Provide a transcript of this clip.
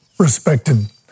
respected